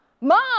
mom